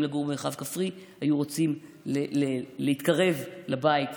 לגור במרחב כפרי היו רוצים להתקרב לבית,